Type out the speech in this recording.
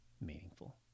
meaningful